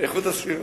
איכות הסביבה.